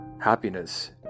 Happiness